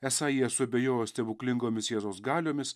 esą jie suabejojo stebuklingomis jėzaus galiomis